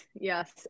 yes